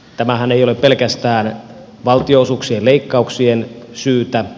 tämähän ei ole pelkästään valtionosuuksien leikkauksien syytä